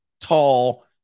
tall